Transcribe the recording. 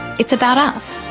it's about us.